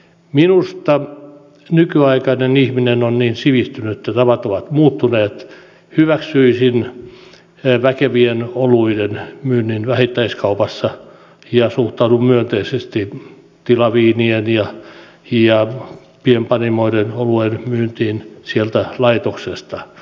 minusta nykyaikainen ihminen on niin sivistynyt ja tavat ovat muuttuneet että hyväksyisin väkevien oluiden myynnin vähittäiskaupassa ja suhtaudun myönteisesti tilaviinien ja pienpanimoiden oluen myyntiin sieltä laitoksesta